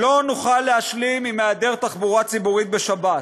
לא נוכל להשלים עם היעדר תחבורה ציבורית בשבת,